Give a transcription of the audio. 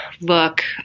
look